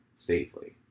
safely